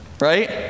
Right